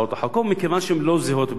מכיוון שהן לא זהות בעיקרן.